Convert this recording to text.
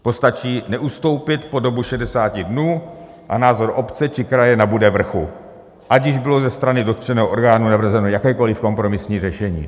Postačí neustoupit po dobu 60 dnů a názor obce či kraje nabude vrchu, ať již bylo ze strany dotčeného orgánu navrženo jakékoli kompromisní řešení.